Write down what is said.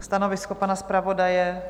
Stanovisko pana zpravodaje?